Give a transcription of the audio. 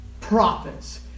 prophets